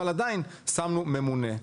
אבל עדיין שמנו ממונה,